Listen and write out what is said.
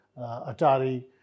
Atari